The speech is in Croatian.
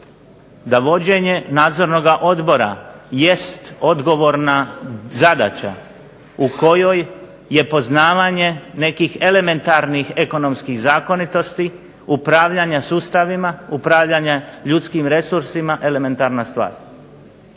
da vođenje nadzornoga odbora jest odgovorna zadaća u kojoj je poznavanje nekih elementarnih ekonomskih zakonitosti upravljanja sustavima, upravljanja ljudskim resursima elementarna stvar.